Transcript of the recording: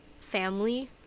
family